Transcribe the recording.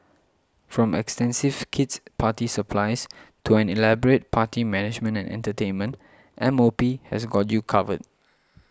from extensive kid's party supplies to an elaborate party management and entertainment M O P has got you covered